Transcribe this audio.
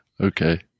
Okay